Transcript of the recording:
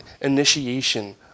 initiation